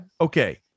Okay